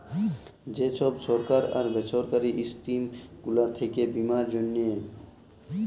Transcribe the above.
যে ছব সরকারি আর বেসরকারি ইস্কিম গুলা থ্যাকে বীমার জ্যনহে